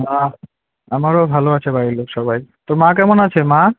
বাহ্ আমারও ভালো আছে বাড়ির লোক সবাই তোর মা কেমন আছে মা